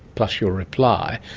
plus your reply.